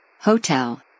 Hotel